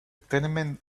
tenement